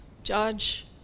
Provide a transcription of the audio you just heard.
Judge